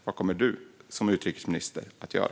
Vad kommer utrikesminister Ann Linde att göra?